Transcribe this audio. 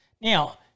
Now